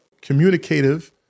communicative